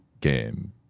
game